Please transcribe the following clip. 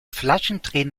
flaschendrehen